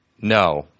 No